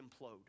implode